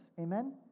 Amen